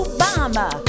Obama